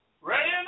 Ready